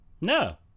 No